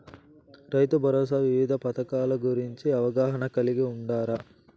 రైతుభరోసా వివిధ పథకాల గురించి అవగాహన కలిగి వుండారా?